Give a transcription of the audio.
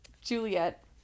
Juliet